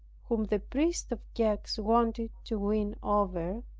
whom the priest of gex wanted to win over.